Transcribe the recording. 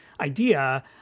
idea